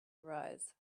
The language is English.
arise